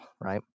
right